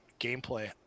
gameplay